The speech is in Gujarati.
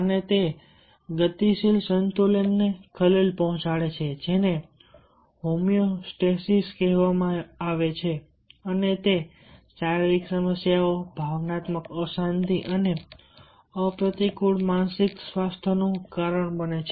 અને તે ગતિશીલ સંતુલનને ખલેલ પહોંચાડે છે જેને હોમિયોસ્ટેસિસ કહેવાય છે અને તે શારીરિક સમસ્યાઓ ભાવનાત્મક અશાંતિ અને અપ્રતિકૂળ માનસિક સ્વાસ્થ્યનું કારણ બને છે